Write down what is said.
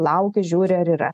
lauki žiūri ar yra